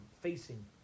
facing